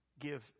Give